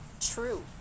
True